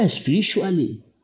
spiritually